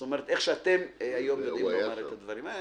זאת אומרת, כפי שאתם היום יודעים לומר את הדברים.